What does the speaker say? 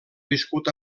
viscut